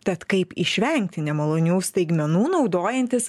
tad kaip išvengti nemalonių staigmenų naudojantis